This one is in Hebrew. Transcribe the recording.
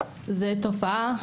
זו תופעה.